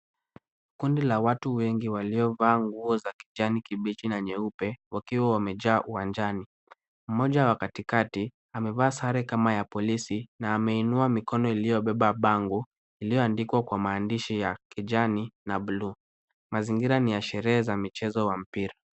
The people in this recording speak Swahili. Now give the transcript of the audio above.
Kundi la watu wengi wliovaa nguo za kijani kibichi na nyeupe, wakiwa wamejaa uwanjani, mmoja amevaa sare iliyokama ya polisi na amebeba bango lililoandikwa kwa maandishi ya kijani na bluu. Mazingira ni ya michezo ya mpira.